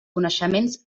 coneixements